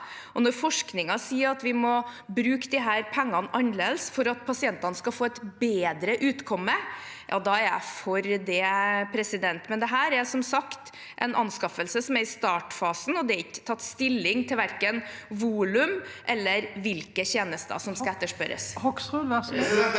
Når forskningen sier at vi må bruke disse pengene annerledes for at pasientene skal få et bedre utkomme, er jeg for det. Dette er som sagt en anskaffelse som er i startfasen, og det er ikke tatt stilling til verken volum eller hvilke tjenester som skal etterspørres.